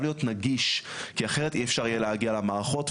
להיות נגיש כי אחרת אי אפשר יהיה להגיע למערכות,